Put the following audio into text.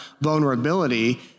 vulnerability